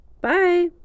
Bye